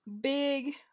big